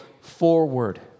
forward